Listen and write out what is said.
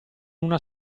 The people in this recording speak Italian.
una